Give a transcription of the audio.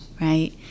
right